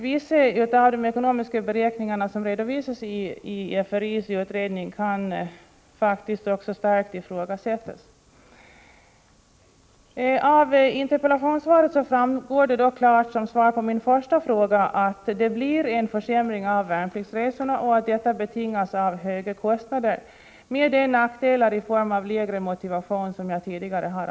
Vissa av de ekonomiska beräkningar som redovisas i FRI:s utredning kan faktiskt starkt ifrågasättas. Av svaret på min första fråga framgår klart att det blir en försämring av värnpliktsresorna och att denna betingas av de höga kostnaderna. Försämringen kommer att medföra de nackdelar i form av lägre motivation som jag tidigare pekat på.